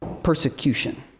persecution